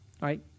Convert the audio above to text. right